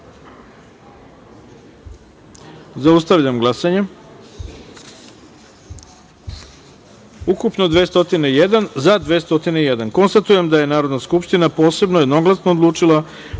taster. Zaustavljam glasanje: ukupno – 201, za – 201.Konstatujem da je Narodna skupština posebno jednoglasno odlučila